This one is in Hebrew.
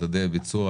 מדדי ביצוע,